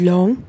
Long